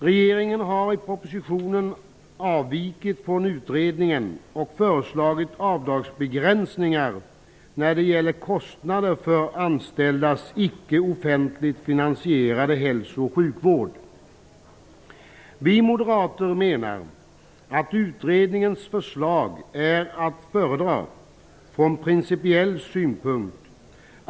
Regeringen har i propositionen avvikit från utredningens förslag och föreslagit avdragsbegränsningar när det gäller kostnader för anställdas icke offentligt finansierade hälso och sjukvård. Vi moderater menar att utredningens förslag är att föredra från principiell synpunkt.